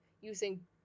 using